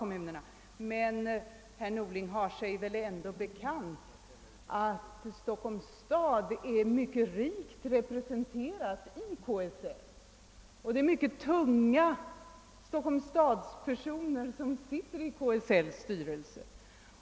Men herr Norling har sig väl ändå bekant att Stockholms stad är mycket rikt representerad i KSL och att det är mycket tunga stockholmsstadspersoner som sitter i KSL:s styrelse?